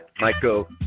Michael